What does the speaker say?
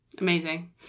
Amazing